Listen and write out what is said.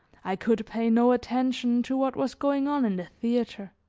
i could pay no attention to what was going on in the theater.